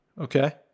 okay